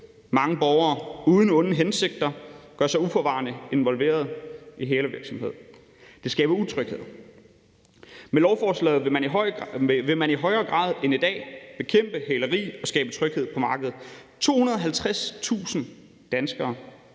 mange borgere uden onde hensigter kommer uforvarende til at involvere sig i hælervirksomhed. Det skaber utryghed. Med lovforslaget vil man i højere grad end i dag kunne bekæmpe hæleri og skabe tryghed på markedet. Hvert år køber